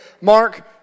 Mark